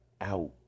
out